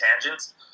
tangents